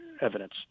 evidence